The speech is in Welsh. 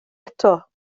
eto